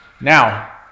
Now